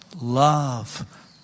love